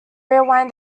rewind